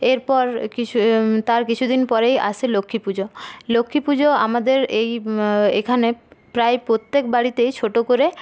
এরপর কিছু তার কিছুদিন পরেই আসে লক্ষ্মী পুজো লক্ষ্মী পুজো আমদের এই এখানে প্রায় প্রত্যেক বাড়িতেই ছোটো করে